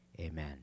Amen